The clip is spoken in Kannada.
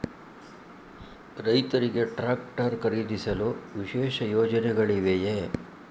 ರೈತರಿಗೆ ಟ್ರಾಕ್ಟರ್ ಖರೀದಿಸಲು ವಿಶೇಷ ಯೋಜನೆಗಳಿವೆಯೇ?